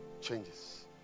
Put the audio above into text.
changes